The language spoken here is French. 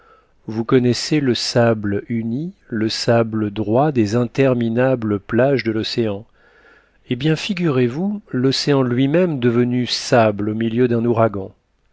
vous connaissez le sable uni le sable droit des interminables plages de l'océan eh bien figurez-vous l'océan lui-même devenu sable au milieu d'un ouragan